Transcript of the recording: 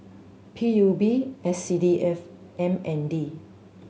P U B S C D F M N D